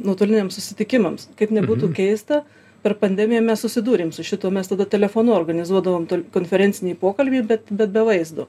nuotoliniam susitikimams kaip nebūtų keista per pandemiją mes susidūrėm su šituo mes tada telefonu organizuodavom konferencinį pokalbį bet bet be vaizdo